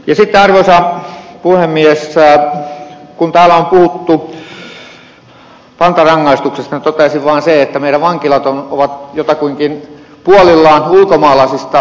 sitten arvoisa puhemies kun täällä on puhuttu pantarangaistuksesta niin toteaisin vaan sen että meidän vankilat ovat jotakuinkin puolillaan ulkomaalaisista vangeista